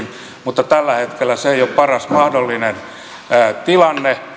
mutta tällä hetkellä se ei ole paras mahdollinen tilanne